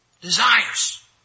desires